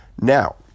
Now